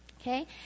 Okay